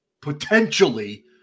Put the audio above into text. potentially